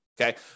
okay